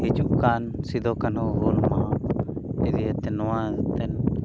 ᱦᱤᱡᱩᱜ ᱠᱟᱱ ᱥᱤᱫᱷᱩ ᱠᱟᱱᱩ ᱦᱩᱞᱢᱟᱦᱟ ᱤᱫᱤ ᱠᱟᱛᱮ ᱱᱚᱣᱟᱛᱮ